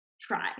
try